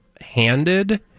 handed